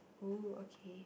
oh okay